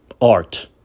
art